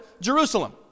Jerusalem